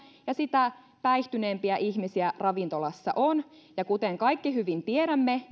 ja sitä päihtyneempiä ihmisiä ravintolassa on ja kuten kaikki hyvin tiedämme